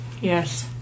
Yes